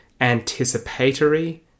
anticipatory